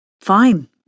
Fine